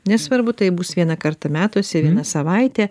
nesvarbu tai bus vieną kartą metuose viena savaitė